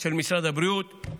של משרד הבריאות,